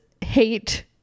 hate